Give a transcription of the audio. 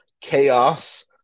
chaos